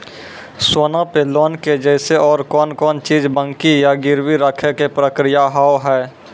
सोना पे लोन के जैसे और कौन कौन चीज बंकी या गिरवी रखे के प्रक्रिया हाव हाय?